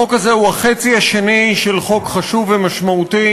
החוק הזה הוא החצי השני של חוק חשוב ומשמעותי.